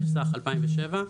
התשס"ח-2007,